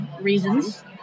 reasons